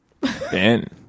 Ben